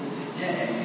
today